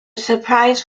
surprise